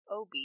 OB